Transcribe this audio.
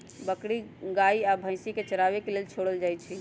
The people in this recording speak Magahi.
बकरी गाइ आ भइसी के चराबे के लेल छोड़ल जाइ छइ